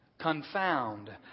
Confound